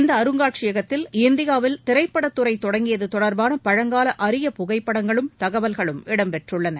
இந்த அருங்காட்சியகத்தில் இந்தியாவில் திரைப்படத் துறை தொடங்கியது தொடர்பான பழங்கால அரிய புகைப்படங்களும் தகவல்களும் இடம் பெற்றுள்ளன